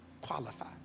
qualify